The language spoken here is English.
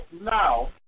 now